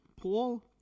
Paul